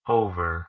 over